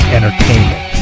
Entertainment